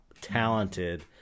talented